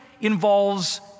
involves